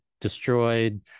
destroyed